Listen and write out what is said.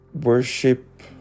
Worship